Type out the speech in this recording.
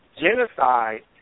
Genocide